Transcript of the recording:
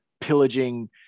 pillaging